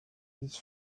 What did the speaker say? his